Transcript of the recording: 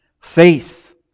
faith